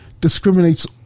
discriminates